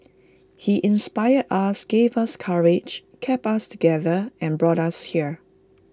he inspired us gave us courage kept us together and brought us here